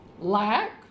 lack